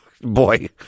boy